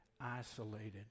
isolated